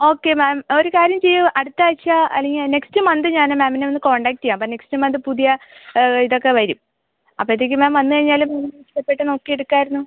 okay ma'am ഒരു കാര്യം ചെയ്യുക അടുത്ത ആഴ്ച അല്ലെങ്കിൽ നെക്സ്റ്റ് മന്ത് ഞാൻ മാമിനെ ഒന്ന് കോൺടാക്ട് ചെയ്യാം അപ്പം നെക്സ്റ്റ് മന്ത് പുതിയ ഇത് ഒക്കെ വരും അപ്പോഴത്തേക്കും മാം വന്ന് കഴിഞ്ഞാൽ മാമിന് ഇഷ്ടപ്പെട്ട് നോക്കി എടുക്കായിരുന്നു